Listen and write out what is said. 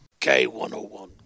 k101